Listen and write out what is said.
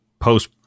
post